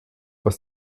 was